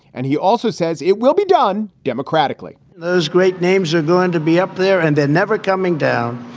and he also says it will be done democratically there's great names are going to be up there and they're never coming down.